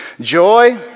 Joy